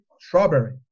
strawberry